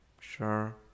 sure